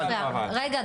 אבל -- רגע,